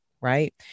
Right